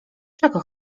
czego